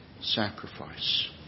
sacrifice